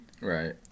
Right